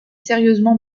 sérieusement